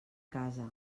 casa